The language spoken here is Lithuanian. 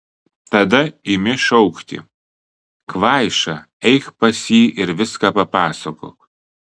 tada imi šaukti kvaiša eik pas jį ir viską papasakok